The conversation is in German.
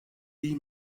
die